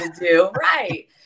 Right